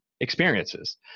experiences